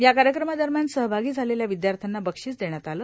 या कार्यक्रमादरम्यान सहभागी झालेल्या विद्यार्थ्यांना बक्षीस देण्यात आलं